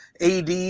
AD